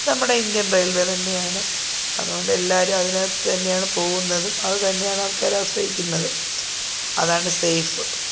നമ്മുടെ Indian railway തന്നെയാണ് അത്കൊണ്ട് എല്ലാവരും അതിന് അകത്തു തന്നെയാണ് പോകുന്നതും അത് തന്നെയാണ് ആൾക്കർ ആശ്രയിക്കുന്നതും അതാണ് സേഫ്